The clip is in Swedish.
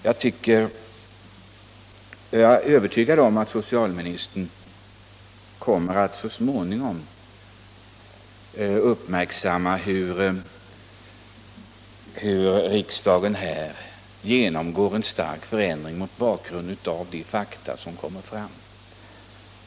Jag är övertygad om att socialministern så småningom kommer att uppmärksamma hur riksdagens uppfattning här genomgått en stark förändring mot bakgrund av de fakta som kommer fram.